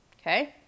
Okay